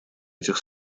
этих